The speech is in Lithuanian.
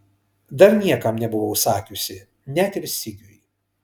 dar niekam nebuvau sakiusi net ir sigiui